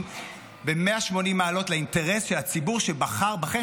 ב-180 מעלות לאינטרס של הציבור שבחר בכם,